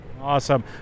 Awesome